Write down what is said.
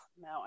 no